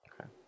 Okay